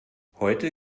heute